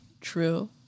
True